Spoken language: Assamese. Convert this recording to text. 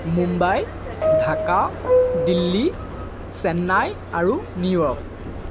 মুম্বাই ঢাকা দিল্লী চেন্নাই আৰু নিউয়ৰ্ক